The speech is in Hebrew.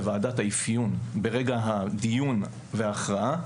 בוועדת האפיון ברגע הדיון וההכרעה,